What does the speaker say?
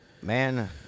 man